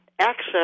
access